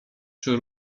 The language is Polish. czy